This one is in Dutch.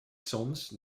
soms